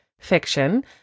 fiction